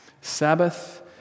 Sabbath